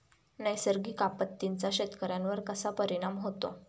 नैसर्गिक आपत्तींचा शेतकऱ्यांवर कसा परिणाम होतो?